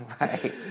Right